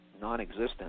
non-existent